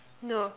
no